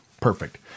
perfect